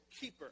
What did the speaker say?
keeper